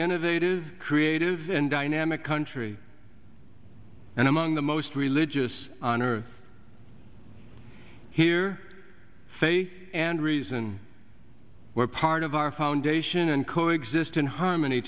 innovative creative and dynamic country and among the most religious on earth here say and reason were part of our foundation and coexist in harmony